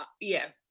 Yes